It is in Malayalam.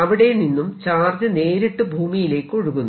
അവിടെനിന്നും ചാർജ് നേരിട്ട് ഭൂമിയിലേക്ക് ഒഴുകുന്നു